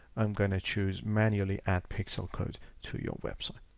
i'm going to choose manually add pixel code to your website.